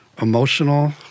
emotional